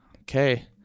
Okay